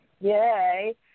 Yay